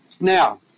Now